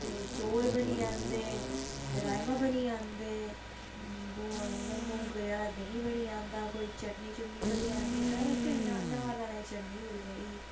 ते चौल बनी'जंदे राजमां बनी'जंदे मतलव मोंगरे आह्ला देहीं बनी'जंदा कोई चटनी चुटनी बनी'जंदी साढ़े इत्थे नार दाने दी चटनी बी बड़ी चाहिदी